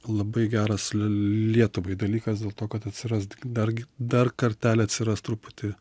labai geras lietuvai dalykas dėl to kad atsiras dar gi dar kartelį atsiras truputį